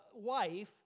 wife